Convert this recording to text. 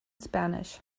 spanish